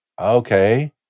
Okay